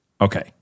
Okay